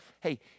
Hey